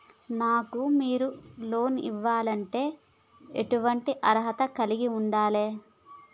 నాకు మీరు లోన్ ఇవ్వాలంటే ఎటువంటి అర్హత కలిగి వుండాలే?